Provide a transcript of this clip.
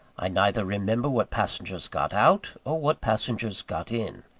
i neither remember what passengers got out, or what passengers got in.